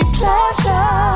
pleasure